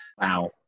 wow